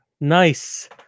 Nice